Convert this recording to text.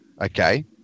okay